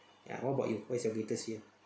ya what about you what's your greatest fear